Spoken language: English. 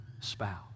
spouse